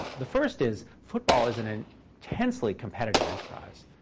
the first is football is an an intensely competitive enterprise.